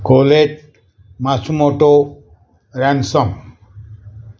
collate Masumoto Ransom